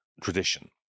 tradition